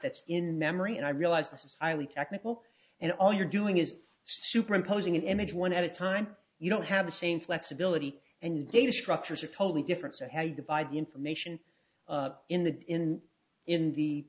that's in memory and i realize this is highly technical and all you're doing is superimposing an image one at a time you don't have the same flexibility and data structures are totally different so how do you divide the information in the in in the